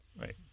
Right